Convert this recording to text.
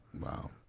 Wow